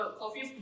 coffee